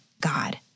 God